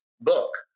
book